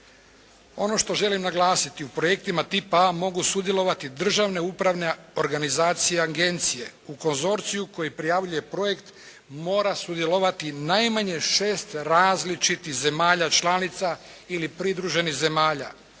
Ono što želim naglasiti u projektima tipa A mogu sudjelovati državne uprave organizacije i agencije. U konzorciju koji prijavljuje projekt mora sudjelovati najmanje šest različitih zemalja članica ili pridruženih zemalja.